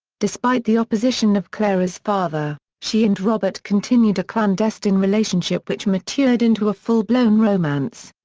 despite the opposition of clara's father, she and robert continued a clandestine relationship which matured into a full-blown romance.